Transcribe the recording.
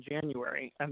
January